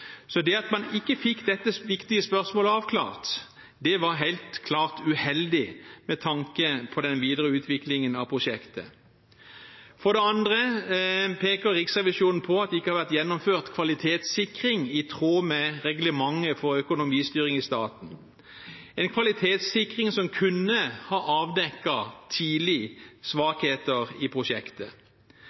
så stort og komplekst byggeprosjekt. Riksrevisjonen mener at det ikke har vært gjennomført kvalitetssikring i tråd med reglementet for økonomistyring i staten. Riksrevisjonen mener dette er problematisk, og at en slik kvalitetssikring kunne avdekket svakheter i prosjektet.